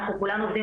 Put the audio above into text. אנחנו כולנו עובדים,